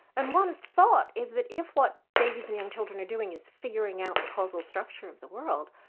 and one thought is that if what babies and young children are doing is figuring out the causal structure of the world,